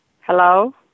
Hello